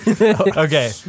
Okay